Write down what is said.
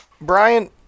Brian